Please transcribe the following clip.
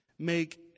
Make